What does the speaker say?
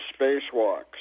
spacewalks